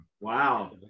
wow